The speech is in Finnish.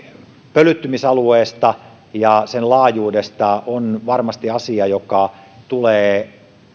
pölyttymisalueesta ja sen laajuudesta on varmasti asia joka tulee